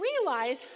realize